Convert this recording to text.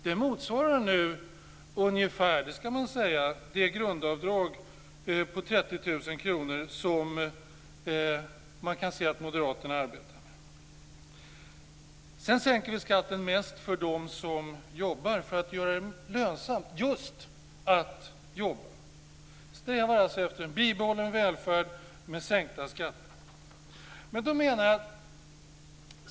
Det motsvarar ungefär det grundavdrag på 30 000 kr som moderaterna arbetar med. Vi sänker skatten mest för dem som jobbar - för att göra det lönsamt just att jobba. Vi strävar efter en bibehållen välfärd med sänkta skatter.